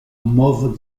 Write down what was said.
mauve